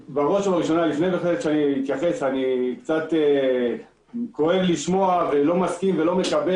לפני אני אתייחס אני רוצה לומר שכואב לשמוע ואני לא מסכים ולא מקבל